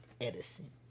Edison